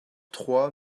trois